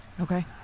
Okay